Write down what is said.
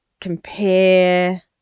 Compare